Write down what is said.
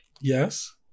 Yes